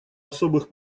особых